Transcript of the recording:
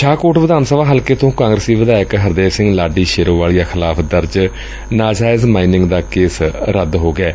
ਸ਼ਾਹਕੋਟ ਵਿਧਾਨ ਸਭਾ ਹਲਕੇ ਤੋਂ ਕਾਂਗਰਸੀ ਵਿਧਾਇਕ ਹਰਦੇਵ ਸਿੰਘ ਲਾਡੀ ਸ਼ੇਰੋਵਾਲੀਆ ਖਿਲਾਫ਼ ਦਰਜ ਹੋਇਆ ਨਾਜਾਇਜ਼ ਮਾਈਨਿੰਗ ਦਾ ਕੇਸ ਰੱਦ ਹੋ ਗਿਐ